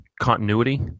continuity